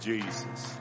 Jesus